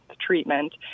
treatment